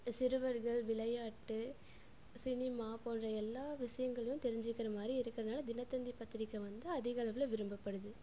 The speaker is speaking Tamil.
சிறுவர்கள் விளையாட்டு சினிமா போன்ற எல்லா விஷயங்களும் தெரிஞ்சுக்கிறமாதிரி இருக்கிறனால தினத்தந்தி பத்திரிக்கை வந்து அதிக அளவில் விரும்பப்படுது